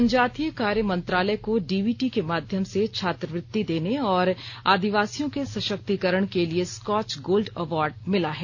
जनजातीय कार्य मंत्रालय को डीबीटी के माध्यम से छात्रवृत्ति देने और आदिवासियों के सशक्तीकरण के लिए स्कॉच गोल्ड अवॉर्ड मिला है